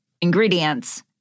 ingredients